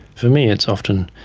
for me it's often,